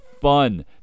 fun